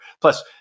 plus